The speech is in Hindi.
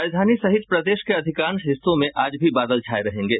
राजधानी साहित प्रदेश के अधिकांश हिस्सों में आज भी बादल छाये रहेंगे